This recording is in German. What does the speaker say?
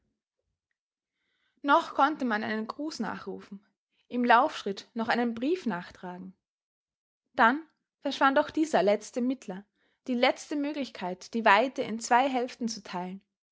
noch konnte man einen gruß nachrufen im laufschritt noch einen brief nachtragen dann verschwand auch dieser letzte mittler die letzte möglichkeit die weite in zwei hälften zu teilen